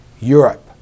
Europe